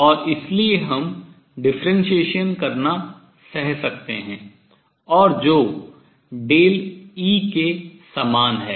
और इसलिए हम differentiation अवकलन करना सह सकते हैं और जो E के समान है